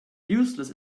useless